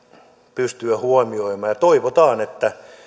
pystyä huomioimaan toivotaan että